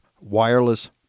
wireless